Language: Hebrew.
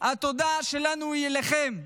התודה שלנו היא אליכם.